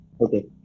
Okay